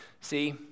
See